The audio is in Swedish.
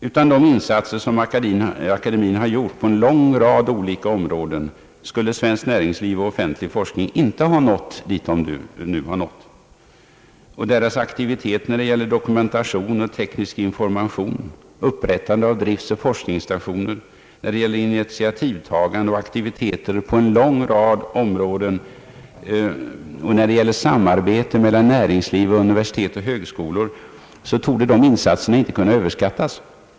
Utan de insatser som akademin har gjort på en mängd olika områden skulle svenskt näringsliv och offentlig forskning inte ha nått dit de nu har. Dess aktivitet när det gäller dokumentation och teknisk information, upprättande av driftsoch forskningsstationer, initiativtagande på en mängd områden och i fråga om samarbete mellan näringsliv, universitet och högskolor, torde inte kunna öÖöverskattas.